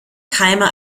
keime